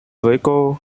với